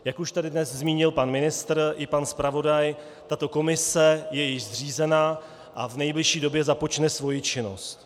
Jak už tady dnes zmínil pan ministr i pan zpravodaj, tato komise je již zřízena, v nejbližší době započne svoji činnost.